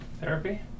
therapy